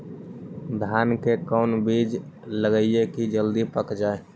धान के कोन बिज लगईयै कि जल्दी पक जाए?